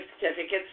certificates